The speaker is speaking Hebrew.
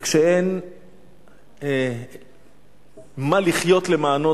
וכשאין מה לחיות למענו,